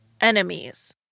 enemies